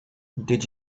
did